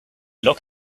look